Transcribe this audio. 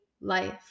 life